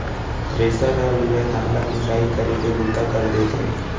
thresher हर लूए धान ल मिसाई करे के बूता कर देथे